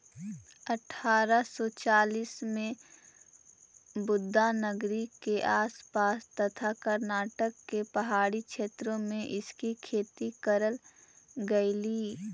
अठारा सौ चालीस में बुदानगिरी के आस पास तथा कर्नाटक के पहाड़ी क्षेत्रों में इसकी खेती करल गेलई